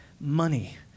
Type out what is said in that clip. money